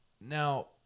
Now